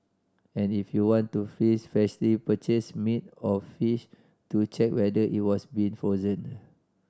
and if you want to freeze freshly purchase meat or fish do check whether it was been frozen